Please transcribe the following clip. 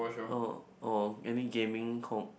oh oh any gaming com~